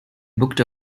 booked